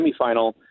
semifinal